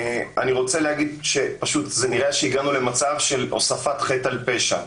זה נראה שהגענו למצב של הוספת חטא על פשע.